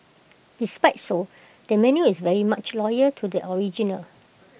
despite so the menu is very much loyal to the original